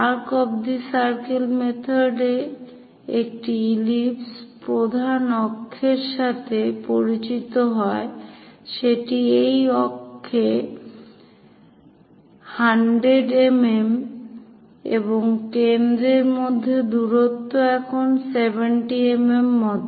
arc of the circle method এ একটি ellipse প্রধান অক্ষের সাথে পরিচিত হয় সেটি এই ক্ষেত্রে 100 mm এবং কেন্দ্রের মধ্যে দূরত্ব এখন 70 mm মত